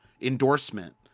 endorsement